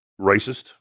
racist